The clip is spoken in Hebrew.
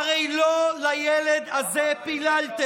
הרי לא לילד הזה פיללתם.